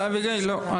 אביגיל, לא.